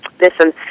listen